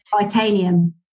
Titanium